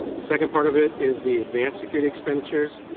the second part of it is the advanced security expenditures,